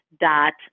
dot